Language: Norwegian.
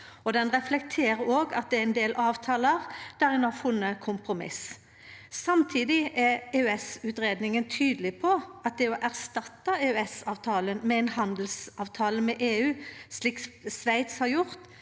han reflekterer òg at det er ein del avtalar der ein har funne kompromiss. Samtidig er EØS-utgreiinga tydeleg på at det å erstatte EØS-avtalen med ein handelsavtale med EU, slik Sveits har gjort,